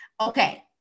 Okay